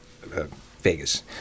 Vegas